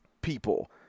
people